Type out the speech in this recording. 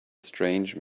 strange